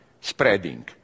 spreading